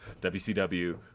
WCW